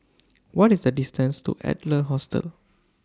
What IS The distance to Adler Hostel